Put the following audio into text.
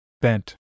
bent